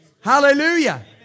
Hallelujah